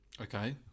Okay